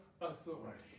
authority